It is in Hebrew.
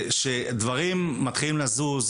שזה הבית שלנו ושם אנחנו מרגישות הכי חופשיות,